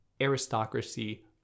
aristocracy